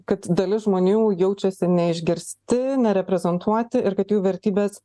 kad dalis žmonių jaučiasi neišgirsti nereprezentuoti ir kad jų vertybės